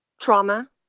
trauma